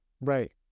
right